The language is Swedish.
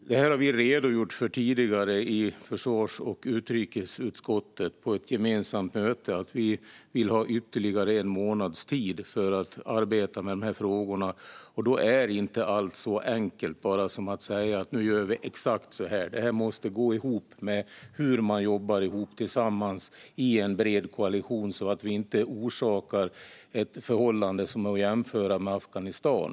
Fru talman! Som vi har redogjort för tidigare på ett gemensamt möte i försvarsutskottet och utrikesutskottet vill vi ha ytterligare en månads tid för att arbeta med dessa frågor. Det är inte alls så enkelt som att bara säga: "Nu gör vi exakt så här". Det måste gå ihop med hur man jobbar tillsammans i en bred koalition så att vi inte orsakar ett förhållande som går att jämföra med Afghanistan.